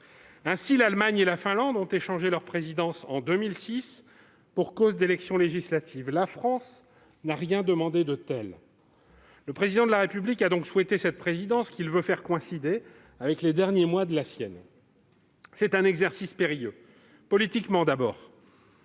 ainsi, l'Allemagne et la Finlande ont échangé leur présidence, en 2006, pour cause d'élections législatives. La France n'a rien demandé de tel. Le Président de la République a donc souhaité cette présidence, qu'il veut faire coïncider avec les derniers mois de la sienne. C'est un exercice périlleux, politiquement tout d'abord.